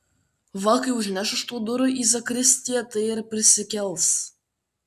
va kai užneš už tų durų į zakristiją tai ir prisikels